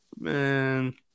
man